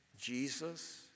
Jesus